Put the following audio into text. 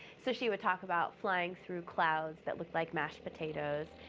so she would talk about flying through clouds that looked like mashed potatoes,